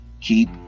Keep